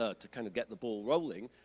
ah to kind of get the ball rolling,